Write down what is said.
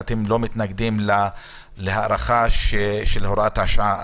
לא מתנגדים להארכה של הוראה השעה.